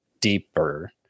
deeper